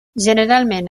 generalment